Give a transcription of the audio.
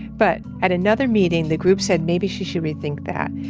but at another meeting, the group said maybe she should rethink that.